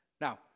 Now